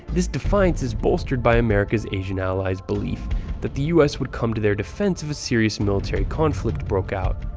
this defiance is bolstered by america's asian allies' belief that the u s. would come to their defense if a serious military conflict broke out.